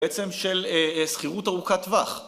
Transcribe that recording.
עצם של שכירות ארוכת טווח